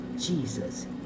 Jesus